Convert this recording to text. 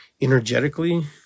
Energetically